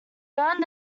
earned